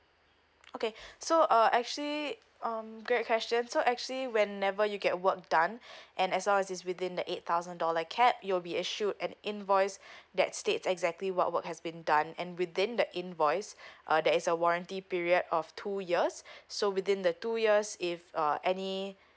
okay so uh actually um great question so actually whenever you get work done and as long as is within the eight thousand dollar cap you'll be a shoot an invoice that states exactly what work has been done and within the invoice uh there's a warranty period of two years so within the two years if uh any